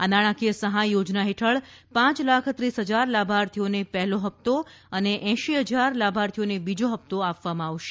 આ નાણાંકીય સહાય યોજના હેઠળ પાંચ લાખ ત્રીસ હજાર લાભાર્થીઓને પહેલો હપ્તો અને એંશી હજાર લાભાર્થીઓને બીજો હપ્તો આપવામાં આવશે